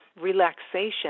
relaxation